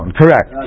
correct